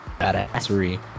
badassery